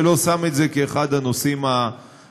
ולא שם את זה כאחד הנושאים המרכזיים.